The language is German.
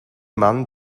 mann